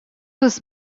was